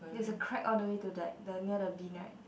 there's a crack all the way to the like near the bin right